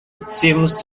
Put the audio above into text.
seems